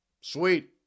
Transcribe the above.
sweet